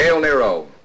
Nero